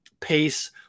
pace